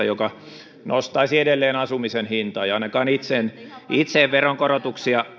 joka nostaisi edelleen asumisen hintaa ja ainakaan itse en itse en veronkorotuksia